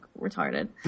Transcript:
retarded